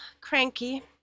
cranky